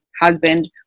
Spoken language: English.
husband